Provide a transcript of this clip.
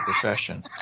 profession